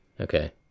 Okay